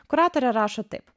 kuratorė rašo taip